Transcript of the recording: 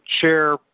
chair